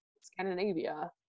Scandinavia